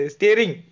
Steering